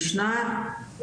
משנה,